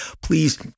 please